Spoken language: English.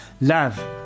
Love